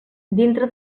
dintre